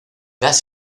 gas